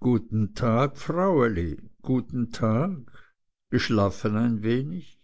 guten tag fraueli guten tag geschlafen ein wenig